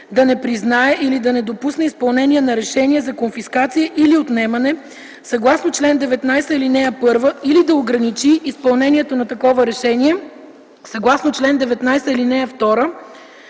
да не признае или да не допусне изпълнение на решение за конфискация или отнемане съгласно чл. 19а, ал. 1, или да ограничи изпълнението на такова решение съгласно чл. 19, ал. 2.